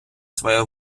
своєю